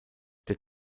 der